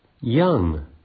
young